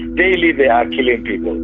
daily they are killing people. and